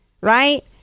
right